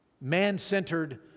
man-centered